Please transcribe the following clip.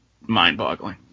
mind-boggling